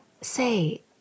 Say